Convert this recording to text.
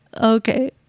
okay